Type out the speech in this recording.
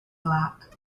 locked